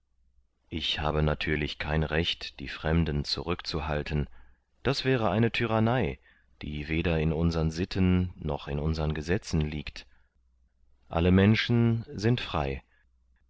ich habe natürlich kein recht die fremden zurückzuhalten das wäre eine tyrannei die weder in unsern sitten noch in unsern gesetzen liegt alle menschen sind frei